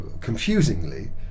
Confusingly